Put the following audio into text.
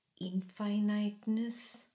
infiniteness